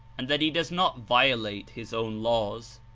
and that he does not violate his own laws.